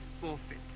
forfeit